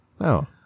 No